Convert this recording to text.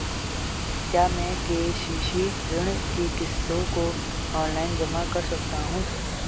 क्या मैं के.सी.सी ऋण की किश्तों को ऑनलाइन जमा कर सकता हूँ?